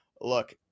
look